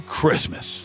Christmas